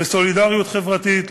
לסולידריות חברתית,